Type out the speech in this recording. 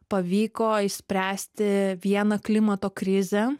pavyko išspręsti vieną klimato krizę